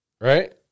Right